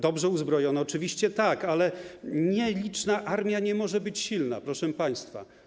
Dobrze uzbrojone - oczywiście tak, ale nieliczna armia nie może być silna, proszę państwa.